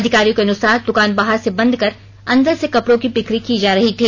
अधिकारियों के अनुसार दुकान बाहर से बंद कर अंदर से कपड़ों की बिक्री की जा रही थी